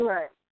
Right